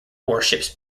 warships